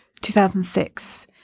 2006